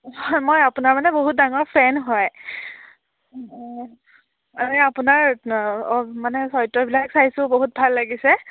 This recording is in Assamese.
অঁ মই আপোনাৰ মানে বহুত ডাঙৰ ফেন হয় মানে আপোনাৰ অঁ মানে চৰিত্ৰবিলাক চাইছোঁ বহুত ভাল লাগিছে